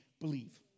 believe